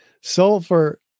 Sulfur